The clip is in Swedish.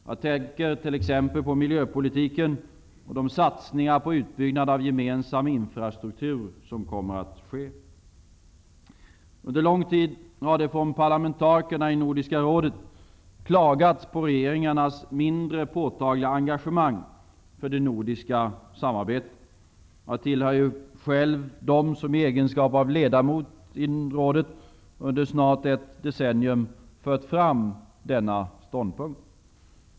Jag tänker t.ex. på miljöpolitiken och de satsningar på utbyggnad av gemensam infrastruktur som kommer att ske. Under lång tid har det från parlamentarikerna i Nordiska rådet klagats på regeringarnas mindre påtagliga engagemang för det nordiska samarbetet. Jag tillhör själv dem som i egenskap av ledamot av rådet under snart ett decennium fört fram denna ståndpunkt.